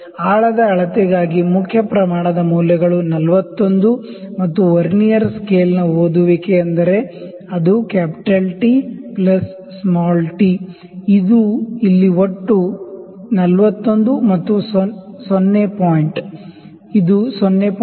ಆಳದ ಅಳತೆಗಾಗಿ main scale ದ ಮೌಲ್ಯಗಳು 41 ಮತ್ತು ವರ್ನಿಯರ್ ಸ್ಕೇಲ್ ರೀಡಿಂಗ್ ಎಂದರೆ ಅದು ಟಿ ಪ್ಲಸ್ ಟಿ ಇದು ಇಲ್ಲಿ ಒಟ್ಟು ಇದು 41 ಮತ್ತು 0 ಪಾಯಿಂಟ್